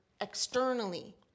externally